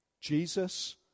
Jesus